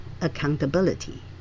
accountability